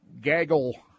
gaggle